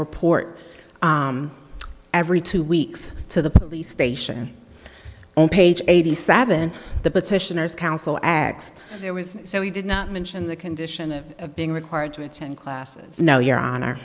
report every two weeks to the police station on page eighty seven the petitioner's counsel ags there was so he did not mention the condition of being required to attend classes no your hon